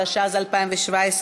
התשע"ז 2017,